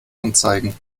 anzeigen